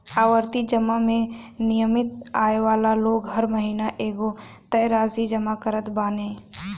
आवर्ती जमा में नियमित आय वाला लोग हर महिना एगो तय राशि जमा करत बाने